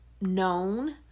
known